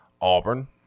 Auburn